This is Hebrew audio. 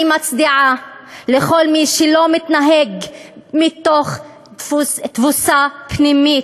אני מצדיעה לכל מי שלא מתנהג מתוך תבוסה פנימית,